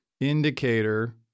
indicator